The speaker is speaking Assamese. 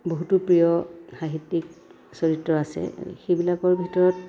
বহুতো প্ৰিয় সাহিত্যিক চৰিত্ৰ আছে সেইবিলাকৰ ভিতৰত